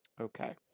Okay